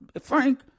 Frank